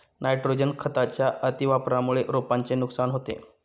nitrogen खताच्या अतिवापरामुळे रोपांचे नुकसान होते